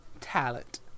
Talent